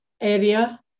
area